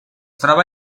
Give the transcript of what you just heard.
troba